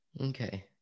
Okay